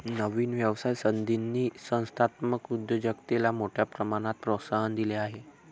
नवीन व्यवसाय संधींनी संस्थात्मक उद्योजकतेला मोठ्या प्रमाणात प्रोत्साहन दिले आहे